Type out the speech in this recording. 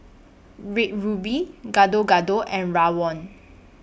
Red Ruby Gado Gado and Rawon